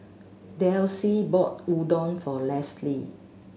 Delcie bought Udon for Lesly